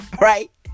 right